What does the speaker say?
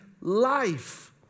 life